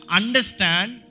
understand